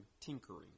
tinkering